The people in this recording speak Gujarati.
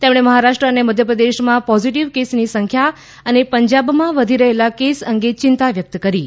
તેમણે મહારાષ્ટ્ર અને મધ્યપ્રદેશમાં પોઝિટિવ કેસની સંખ્યા અને પંજાબમાં વધી રહેલા કેસ અંગે ચિંતા વ્યક્ત કરી હતી